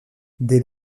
dès